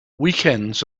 weekends